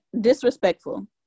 Disrespectful